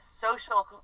social